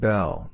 Bell